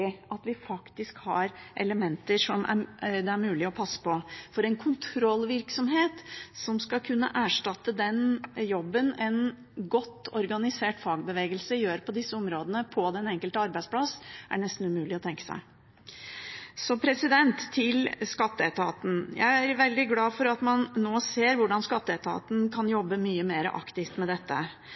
at vi faktisk har elementer som det er mulig å passe på. En kontrollvirksomhet som skal kunne erstatte den jobben en godt organisert fagbevegelse gjør på disse områdene på den enkelte arbeidsplass, er nesten umulig å tenke seg. Så til skatteetaten: Jeg er veldig glad for at man nå ser hvordan skatteetaten kan jobbe mye mer aktivt med dette,